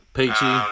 Peachy